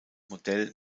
modell